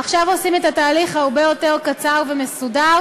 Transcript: עכשיו עושים את התהליך הרבה יותר קצר ומסודר,